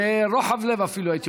הייתי אומר אפילו ברוחב לב.